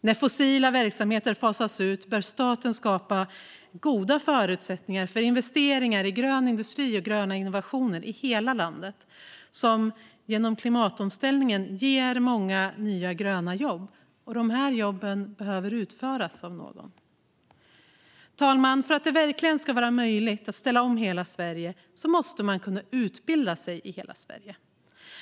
När fossila verksamheter fasas ut bör staten skapa goda förutsättningar i hela landet för investeringar i grön industri och gröna innovationer, som genom klimatomställningen ger många nya gröna jobb. De här jobben behöver utföras av någon. Fru talman! För att det verkligen ska vara möjligt att ställa om hela Sverige måste man kunna utbilda sig i hela Sverige.